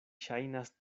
ŝajnas